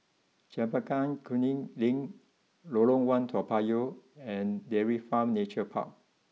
Chempaka Kuning Link Lorong one Toa Payoh and Dairy Farm Nature Park